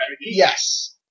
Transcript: Yes